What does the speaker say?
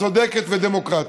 צודקת ודמוקרטית.